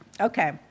Okay